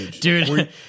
Dude